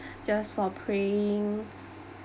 just for praying